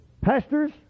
pastors